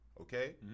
Okay